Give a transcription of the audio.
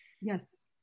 Yes